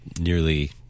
nearly